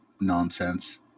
nonsense